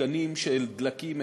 מתקנים של דלקים,